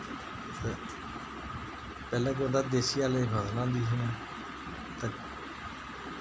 ते पैह्ले केह् होंदा हा देसी हैले दी फसलां होंदी हियां ते